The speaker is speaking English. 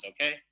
okay